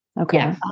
Okay